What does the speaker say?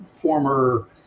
former